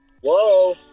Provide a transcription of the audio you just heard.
Whoa